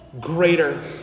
greater